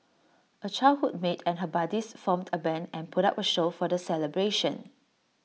A childhood mate and her buddies formed A Band and put up A show for the celebration